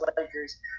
Lakers